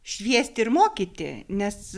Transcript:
šviesti ir mokyti nes